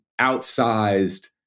outsized